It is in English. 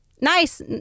nice